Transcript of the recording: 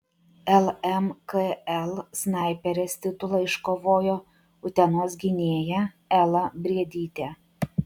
lmkl snaiperės titulą iškovojo utenos gynėja ela briedytė